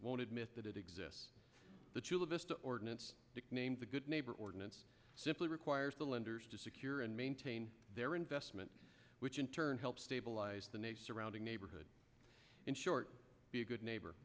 won't admit that it exists the chula vista ordinance nicknamed the good neighbor ordinance simply requires the lenders to secure and maintain their investment which in turn help stabilize the ne surrounding neighborhood in short be a good neighbor